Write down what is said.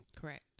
Correct